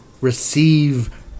receive